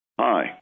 Hi